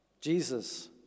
Jesus